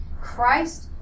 Christ